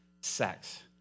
sex